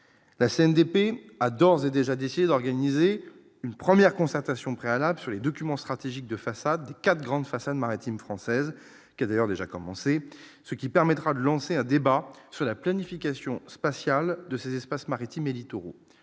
la CNDP adorent, c'est déjà décidé d'organiser une première concertation préalables sur les documents stratégiques de façade, 4 grandes façades maritimes françaises qui a d'ailleurs déjà commencé, ce qui permettra de lancer un débat sur la planification spatiale de ces espaces maritimes et littoraux